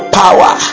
power